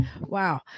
Wow